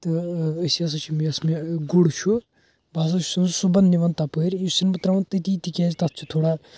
تہٕ أسۍ ہَسا چھِ یۅس مےٚ گُر چھُ بہٕ ہَسا چھُسَن سُہ صُبحَن نِوان تَپٲرۍ یہِ چھُسَن بہٕ ترٛاوان تٔتی تِکیٛاز تتھ چھُ تھوڑا